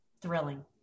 thrilling